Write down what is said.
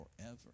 forever